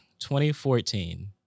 2014